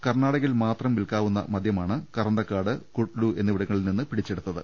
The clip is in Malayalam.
കർണാടകയിൽ മാത്രം വിൽക്കാവുന്ന മദ്യമാണ് കറന്തക്കാട് കുട്ലു എന്നിവിടങ്ങളിൽ നിന്ന് പിടിച്ചെടുത്തത്